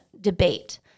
debate